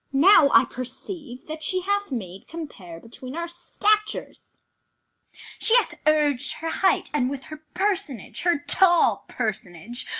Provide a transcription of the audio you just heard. now i perceive that she hath made compare between our statures she hath urg'd her height and with her personage, her tall personage,